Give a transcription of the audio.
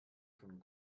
von